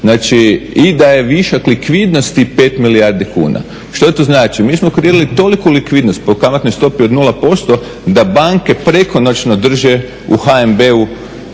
znači i da je višak likvidnosti 5 milijardi kuna. Što to znači? Mi smo kreirali toliku likvidnost po kamatnoj stopi od 0% da banke prekonoćno drže u HNB-u